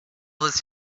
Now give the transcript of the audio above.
this